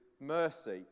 mercy